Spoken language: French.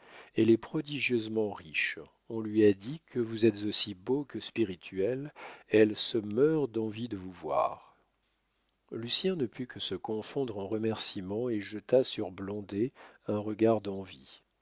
elle est prodigieusement riche on lui a dit que vous êtes aussi beau que spirituel elle se meurt d'envie de vous voir lucien ne put que se confondre en remercîments et jeta sur blondet un regard d'envie